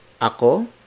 Ako